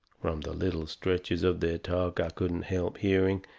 from the little stretches of their talk i couldn't help hearing,